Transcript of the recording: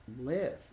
live